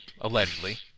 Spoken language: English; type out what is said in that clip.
allegedly